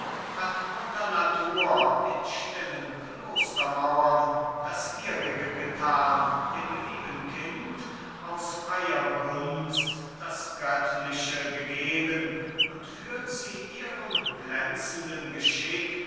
hat mutter natur in stillen klostermauren das ihrige getan dem lieben kind aus freier gunst das göttliche gegeben und führt sie ihrem glänzenden geschick